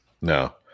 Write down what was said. no